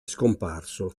scomparso